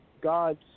God